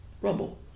Rumble